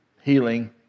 healing